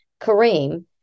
Kareem